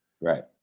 Right